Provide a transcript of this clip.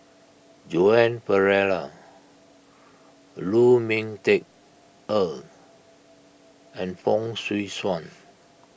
Joan Pereira Lu Ming Teh Earl and Fong Swee Suan